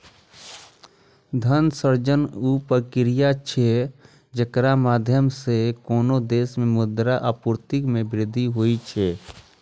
धन सृजन ऊ प्रक्रिया छियै, जेकरा माध्यम सं कोनो देश मे मुद्रा आपूर्ति मे वृद्धि होइ छै